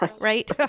right